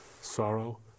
Sorrow